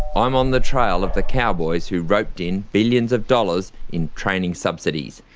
i'm on the trail of the cowboys who roped in billions of dollars in training subsidies.